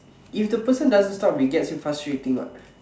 if the person doesn't stop we gets you frustrating what